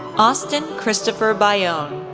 austin christopher bayon,